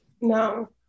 No